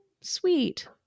sweet